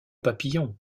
papillon